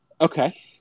Okay